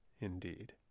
indeed